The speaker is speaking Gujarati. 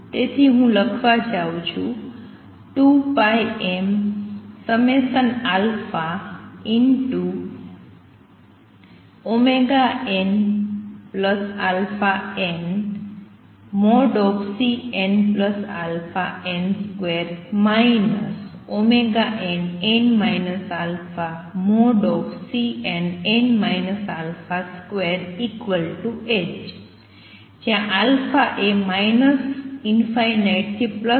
તેથી હું લખવા જાઉં છું 2πmnαn|Cnαn |2 nn α|Cnn α |2h જ્યાં એ ∞ થી વચ્ચે બદલાય છે